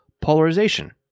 polarization